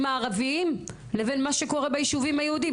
הערביים למה שקורה בישובים היהודים.